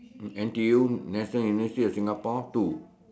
N_T_U national university of Singapore two